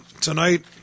tonight